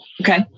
Okay